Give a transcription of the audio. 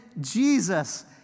Jesus